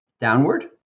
downward